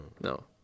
No